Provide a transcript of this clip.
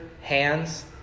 hands